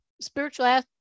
spiritual